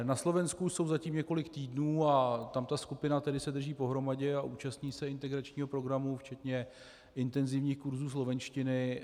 Na Slovensku jsou zatím několik týdnů a tam ta skupina se drží pohromadě a účastní se integračního programu, včetně intenzivních kurzů slovenštiny.